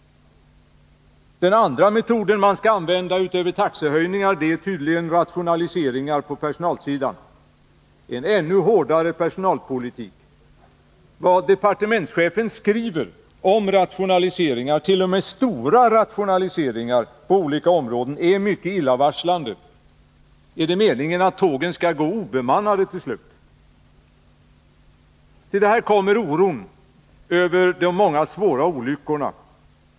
Den andra metoden som skall användas, utöver taxehöjningar, är tydligen rationaliseringar på personalsidan. Det innebär en ännu hårdare personalpolitik. Det departementschefen skriver om rationaliseringar, t.o.m. stora rationaliseringar på olika områden, är mycket illavarslande. Är det meningen att tågen skall gå obemannade till slut? Till detta kommer oron över de många svåra olyckorna.